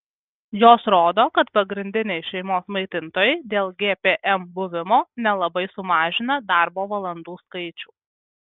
jos rodo kad pagrindiniai šeimos maitintojai dėl gpm buvimo nelabai sumažina darbo valandų skaičių